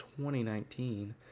2019